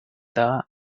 that